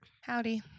howdy